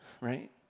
right